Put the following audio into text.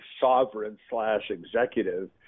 sovereign-slash-executive